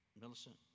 Millicent